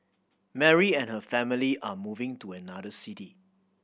Mary and her family are moving to another city